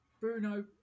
Bruno